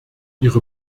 ihre